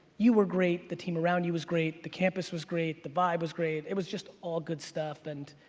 you were great, the team around you was great, the campus was great, the vibe was great, it was just all good stuff and